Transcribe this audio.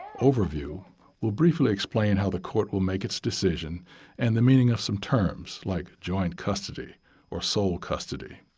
overview will briefly explain how the court will make its decision and the meaning of some terms, like joint custody or sole custody,